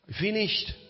Finished